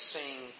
Sing